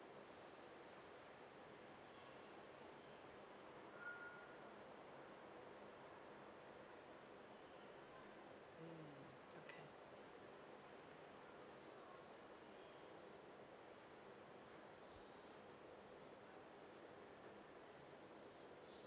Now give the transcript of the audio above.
okay